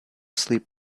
sleep